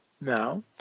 now